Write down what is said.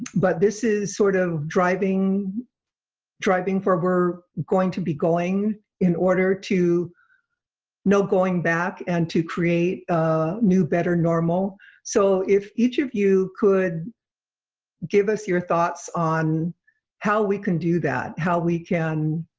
but this is sort of driving driving for we're going to be going in order to know going back and to create a new, better normal so if each of you could give us your thoughts on how we can do that. how we can